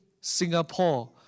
Singapore